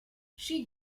she